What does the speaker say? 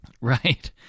Right